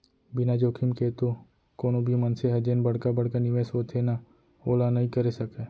बिना जोखिम के तो कोनो भी मनसे ह जेन बड़का बड़का निवेस होथे ना ओला नइ करे सकय